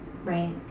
right